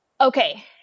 Okay